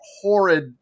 horrid